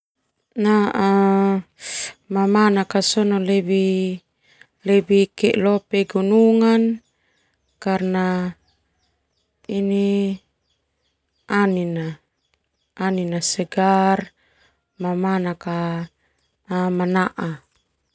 Mamanak lebih leo pegunungan karna anina segar boma mamanak manaa.